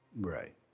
Right